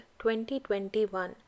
2021